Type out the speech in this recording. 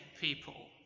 people